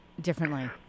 differently